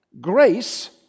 Grace